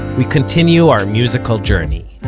we continue our musical journey